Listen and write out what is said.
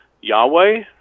Yahweh